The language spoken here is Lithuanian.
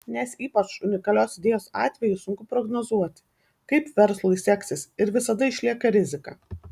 nes ypač unikalios idėjos atveju sunku prognozuoti kaip verslui seksis ir visada išlieka rizika